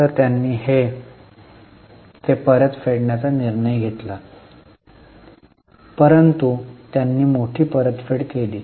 तर त्यांनी ते परत फेडण्याचा निर्णय घेतला परंतु त्यांनी मोठी परतफेड केली